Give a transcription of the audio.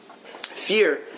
fear